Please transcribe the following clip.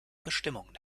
bestimmungen